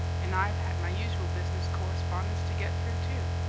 and i've had my usual business correspondence to get through, too.